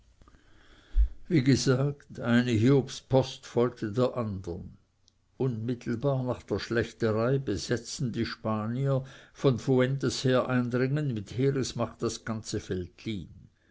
wie gesagt eine hiobspost folgte der andern unmittelbar nach der schlächterei besetzten die spanier von fuentes her eindringend mit heeresmacht das ganze veltlin